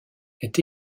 est